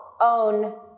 own